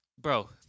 Bro